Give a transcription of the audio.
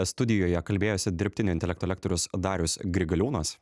studijoje kalbėjosi dirbtinio intelekto lektorius darius grigaliūnas